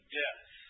death